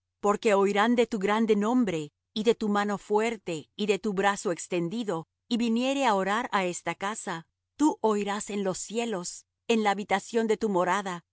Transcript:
porque oirán de tu grande nombre y de tu mano fuerte y de tu brazo extendido y viniere á orar á esta casa tú oirás en los cielos en la habitación de tu morada